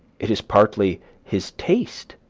it is partly his taste,